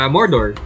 Mordor